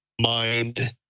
mind